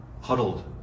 huddled